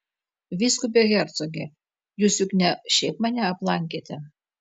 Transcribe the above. vyskupe hercoge jūs juk ne šiaip mane aplankėte